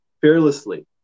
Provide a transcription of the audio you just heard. fearlessly